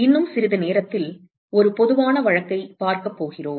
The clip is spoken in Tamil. இன்னும் சிறிது நேரத்தில் ஒரு பொதுவான வழக்கைப் பார்க்கப் போகிறோம்